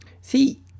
See